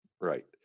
right